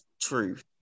truth